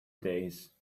days